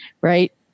right